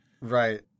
Right